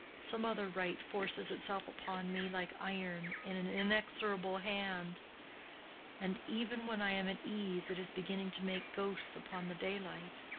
some other right forces itself upon me like iron in an inexorable hand and even when i am at ease, it is beginning to make ghosts upon the daylight.